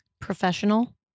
professional